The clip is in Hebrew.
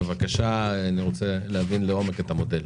אני רוצה להבין לעומק את המודל.